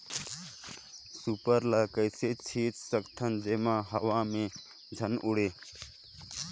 Super ल कइसे छीचे सकथन जेमा हवा मे झन उड़े?